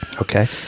Okay